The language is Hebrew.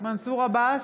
בהצבעה מנסור עבאס,